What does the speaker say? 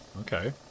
Okay